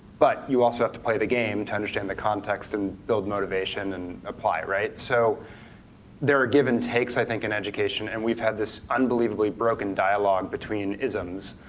but you also play the game to understand the context and build motivation and apply, right? so there are give and takes i think in education, and we've had this unbelievably broken dialogue between isms.